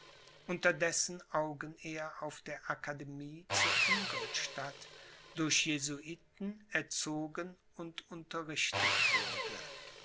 dessen augen er auf der akademie zu ingolstadt durch jesuiten erzogen und unterrichtet wurde